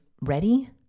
ready